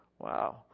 Wow